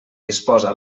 disposa